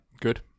good